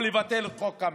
או לבטל את חוק קמיניץ.